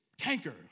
canker